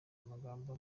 amagambo